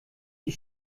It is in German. die